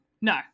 No